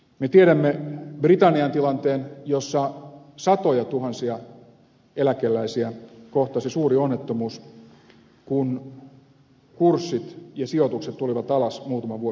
me tiedämme britannian tilanteen jossa satojatuhansia eläkeläisiä kohtasi suuri onnettomuus kun kurssit ja sijoitukset tulivat alas muutama vuosi sitten